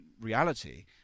reality